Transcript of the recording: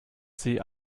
sie